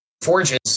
forges